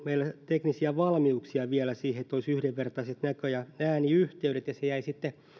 teknisiä valmiuksia vielä siihen että olisi yhdenvertaiset näkö ja ääniyhteydet ja se jäi sitten